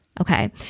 Okay